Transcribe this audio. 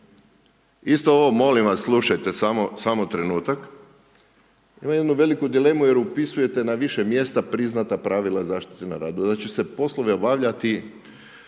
isto ovo molim vas slušajte samo trenutak. Imam jednu veliku dilemu jer upisujete na više mjesta priznata pravila zaštite na radu. Da će se poslove obavljati